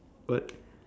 what